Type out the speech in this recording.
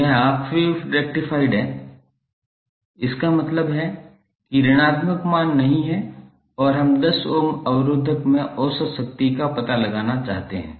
यह half wave rectified है इसका मतलब है कि ऋणात्मक मान नहीं है और हम 10 ओम अवरोधक में औसत शक्ति का पता लगाना चाहते हैं